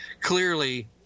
clearly